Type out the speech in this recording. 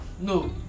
No